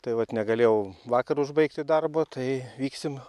tai vat negalėjau vakar užbaigti darbą tai vyksim